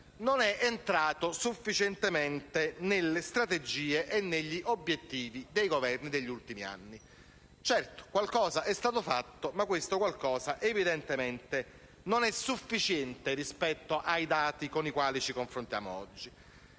non è entrato sufficientemente nelle strategie e negli obiettivi dei Governi degli ultimi anni. Certo, qualcosa è stato fatto, ma questo qualcosa evidentemente non è sufficiente rispetto ai dati con i quali ci confrontiamo oggi.